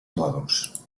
mòduls